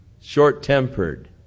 short-tempered